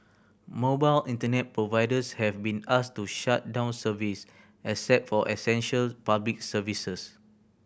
mobile Internet providers have been asked to shut down service except for essential public services